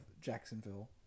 Jacksonville